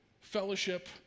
fellowship